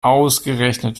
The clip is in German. ausgerechnet